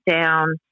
down